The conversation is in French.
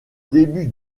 début